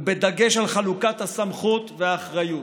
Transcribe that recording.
בדגש על חלוקת הסמכות והאחריות,